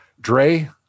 Dre